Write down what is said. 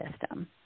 system